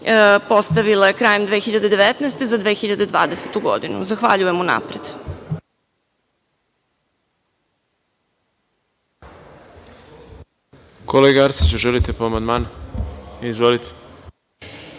postavile krajem 2019. za 2020. godinu? Zahvaljujem unapred.